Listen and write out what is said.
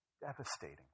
Devastating